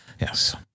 Yes